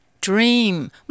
dream